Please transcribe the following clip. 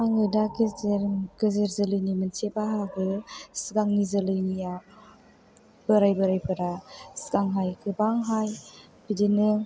आङो दा गेजेर गेजेर जोलैनि मोनसे बाहागो सिगांनि जोलैनिया बोराय बोरायफोरा सिगांहाय गोबांहाय बिदिनो